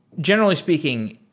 generally speaking,